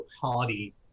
hardy